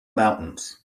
mountains